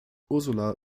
ursula